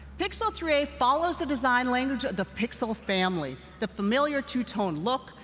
pixel three a follows the design language of the pixel family the familiar two-tone look,